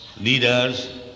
leaders